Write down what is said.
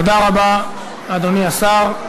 תודה רבה, אדוני השר.